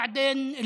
האנשים האלה,